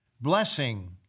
blessing